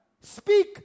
Speak